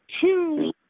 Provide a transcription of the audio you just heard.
Two